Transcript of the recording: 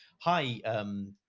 hi, i'm